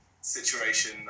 situation